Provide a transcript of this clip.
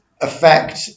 affect